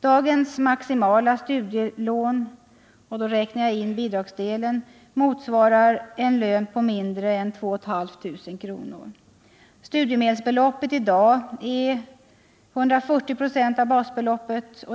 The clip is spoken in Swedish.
Dagens maximala studielån, inkl. bidragsdelen, motsvarar en lön på mindre än 2 500 kr. Studiemedelsbeloppet utgör i dag 140 96 av basbeloppet.